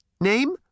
Name